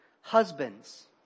husbands